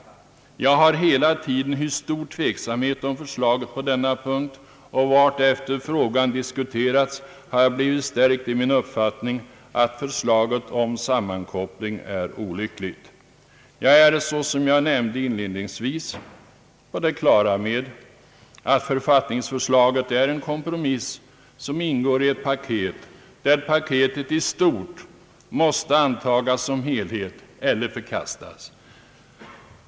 Jag har hela tiden hyst stor tveksamhet om förslaget på denna punkt, och vartefter frågan diskuterats har jag blivit stärkt i min uppfattning att förslaget om sammankoppling är olyckligt. Jag är, som jag inledningsvis nämnde, på det klara med att författningsförslaget är en kompromiss, som ingår i ett paket och att paketet i stort måste antagas som helhet eller förkastas.